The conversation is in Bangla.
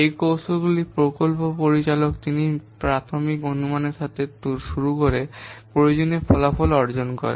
এই কৌশলটিতে প্রকল্প পরিচালক তিনি কিছু প্রাথমিক অনুমানের সাথে শুরু করে প্রয়োজনীয় ফলাফল অর্জন করে